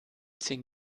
zehn